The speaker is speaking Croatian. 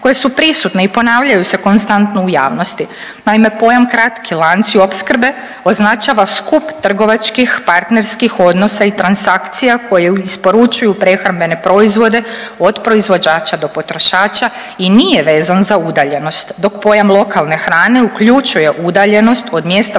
koje su prisutne i ponavljaju se konstantno u javnosti. Naime, pojam kratki lanci opskrbe označava skup trgovačkih, partnerskih odnosa i transakcija koje isporučuju prehrambene proizvode od proizvođača do potrošača i nije vezan za udaljenost. Dok pojam lokalne hrane uključuje udaljenost od mjesta proizvodnje